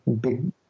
big